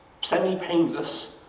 semi-painless